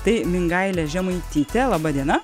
tai mingailė žemaitytė laba diena